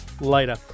later